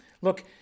Look